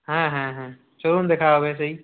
হ্যাঁ হ্যাঁ হ্যাঁ চলুন দেখা হবে সেই